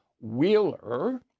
Wheeler